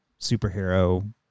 superhero